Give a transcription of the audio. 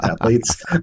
athletes